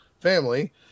family